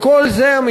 וכל זה צריך,